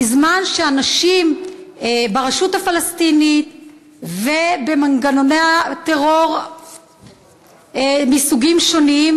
בזמן שאנשים ברשות הפלסטינית ובמנגנוני הטרור מסוגים שונים,